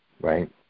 right